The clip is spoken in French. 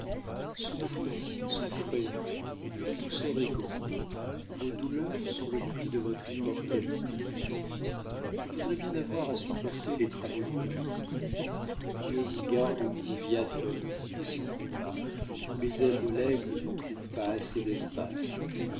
souffrez souffrez mon ami vous serez grand vos douleurs sont le prix de votre immortalité je voudrais bien avoir à supporter les travaux d'une lutte dieu vous garde d'une vie atone et sans combats où les ailes de l'aigle ne trouvent pas assez d'espace